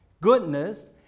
goodness